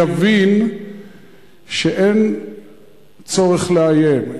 יבין שאין צורך לאיים,